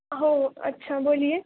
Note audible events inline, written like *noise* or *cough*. *unintelligible* اچھا بولیے